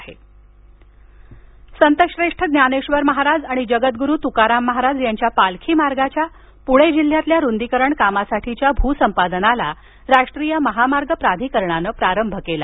पालखीमार्ग संतश्रेष्ठ ज्ञानेश्वर महाराज आणि जगद्वरू तुकाराम महाराज यांच्या पालखी मार्गाच्या पुणे जिल्ह्यातील रुंदीकरण कामासाठीच्या भूसंपादनाला राष्ट्रीय महामार्ग प्राधिकरणाने प्रारंभ केला